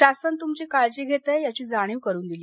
शासन तूमची काळजी घरख याची जाणीव करून दिली